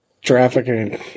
trafficking